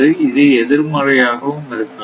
இது எதிர்மறையாகவும் இருக்கலாம்